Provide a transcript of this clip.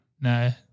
No